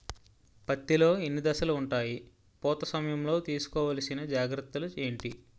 పత్తి లో ఎన్ని దశలు ఉంటాయి? పూత సమయం లో తీసుకోవల్సిన జాగ్రత్తలు ఏంటి?